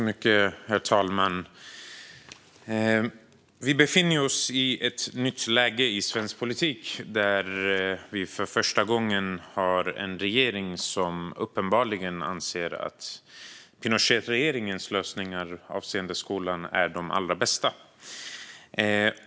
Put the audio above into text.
Herr talman! Vi befinner oss i ett nytt läge i svensk politik. För första gången har vi en regering som uppenbarligen anser att Pinochetregeringens lösningar avseende skolan är de allra bästa.